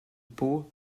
pau